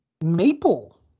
Maple